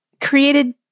created